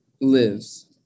lives